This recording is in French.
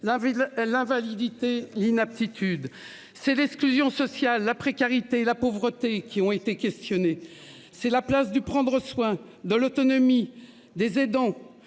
l'invalidité l'inaptitude c'est l'exclusion sociale, la précarité, la pauvreté qui ont été questionnés. C'est la place du prendre soin de l'autonomie des aidants.